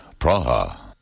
Praha